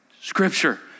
scripture